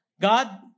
God